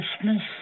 Christmas